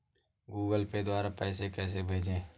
Google Pay द्वारा पैसे कैसे भेजें?